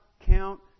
count